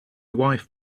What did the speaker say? wife